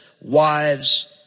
wives